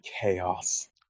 chaos